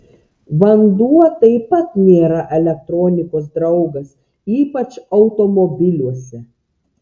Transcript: vanduo taip pat nėra elektronikos draugas ypač automobiliuose